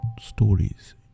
stories